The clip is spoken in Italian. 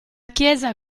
chiesa